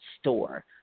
Store